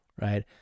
right